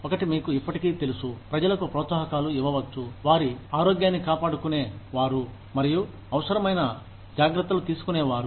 ఒకటి మీకు ఇప్పటికీ తెలుసు ప్రజలకు ప్రోత్సాహకాలు ఇవ్వవచ్చు వారి ఆరోగ్యాన్ని కాపాడుకునే వారు మరియు అవసరమైన జాగ్రత్తలు తీసుకునేవారు